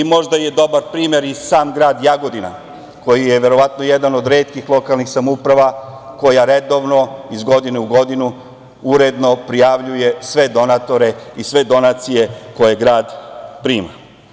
Možda je dobar primer i sam grad Jagodina koji je verovatno jedan od retkih lokalnih samouprava koja redovno, iz godine u godinu, uredno prijavljuje sve donatore i sve donacije koje grad prima.